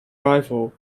rifle